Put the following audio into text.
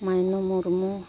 Mayno Murmu